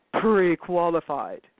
pre-qualified